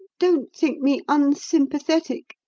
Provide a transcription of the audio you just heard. don't think me unsympathetic,